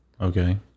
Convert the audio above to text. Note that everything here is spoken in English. Okay